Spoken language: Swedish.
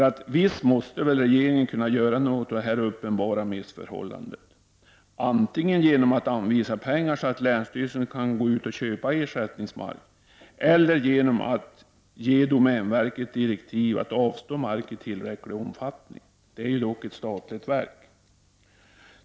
Men visst måste väl regeringen kunna göra något åt detta uppenbara missförhållande, antingen genom att anvisa pengar, så att länsstyrelsen kan köpa in ersättningsmark eller genom att ge domänverket direktiv att avstå mark i tillräckling omfattning. Det handlar ju ändå om ett statligt verk.